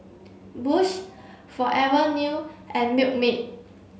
Bosch Forever New and Milkmaid